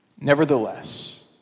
Nevertheless